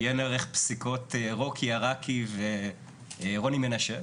עיין ערך פסיקות רוקי ערקי ורוני מנשה,